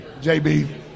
JB